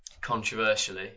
Controversially